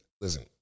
listen